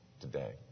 today